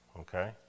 okay